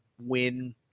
win